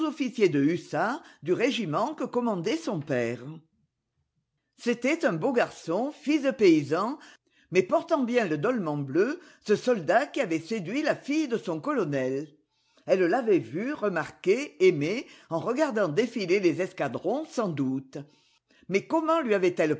du régiment que commandait son père c'était un beau garçon fils de paysans mais portant bien le dolman bleu ce soldat qui avait séduit la fille de son colonel elle l'avait vu remarqué aimé en regardant défiler les escadrons sans doute mais comment lui avait-elle